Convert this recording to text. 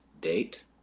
date